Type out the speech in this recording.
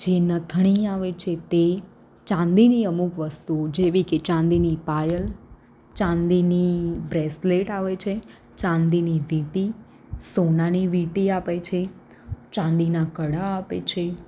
જે નથણી આવે છે તે ચાંદીની અમુક વસ્તુઓ જેવી કે ચાંદીની પાયલ ચાંદીની બ્રેસલેટ આવે છે ચાંદીની વિંટી સોનાની વિંટી આપે છે ચાંદીનાં કડા આપે છે